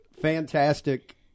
fantastic